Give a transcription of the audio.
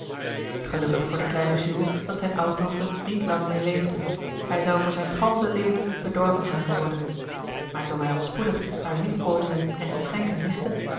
gelukkig voor den kleinen jules dat zijne oudtante niet lang meer leefde hij zou voor zijn gansche leven bedorven zijn geworden maar zoo hij al spoedig haar liefkozingen en geschenken miste